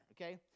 okay